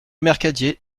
mercadier